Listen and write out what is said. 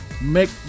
make